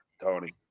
Tony